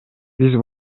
биз